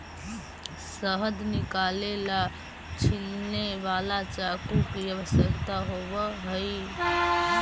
शहद निकाले ला छिलने वाला चाकू की आवश्यकता होवअ हई